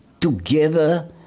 together